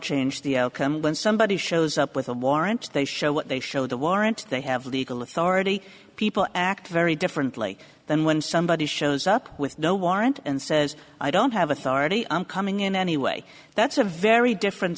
change the outcome when somebody shows up with a warrant they show what they show the warrant they have legal authority people act very differently than when somebody shows up with no warrant and says i don't have authority i'm coming in anyway that's a very different